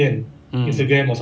mm